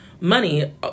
money